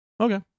Okay